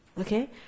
Okay